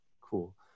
cool